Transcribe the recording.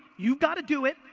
you've gotta do it.